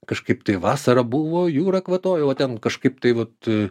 kažkaip tai vasara buvo jūra kvatojo va ten kažkaip taip tai